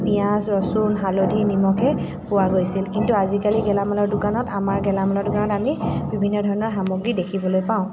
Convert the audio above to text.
পিঁয়াজ ৰচুন হালধি নিমখহে পোৱা গৈছিল কিন্তু আজিকালি গেলামালৰ দোকানত আমাৰ গেলামালৰ দোকানত আমি বিভিন্ন ধৰণৰ সামগ্ৰী দেখিবলৈ পাওঁ